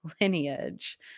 lineage